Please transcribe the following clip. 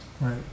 right